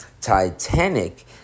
Titanic